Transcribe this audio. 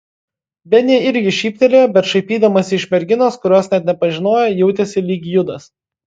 benė irgi šyptelėjo bet šaipydamasi iš merginos kurios net nepažinojo jautėsi lyg judas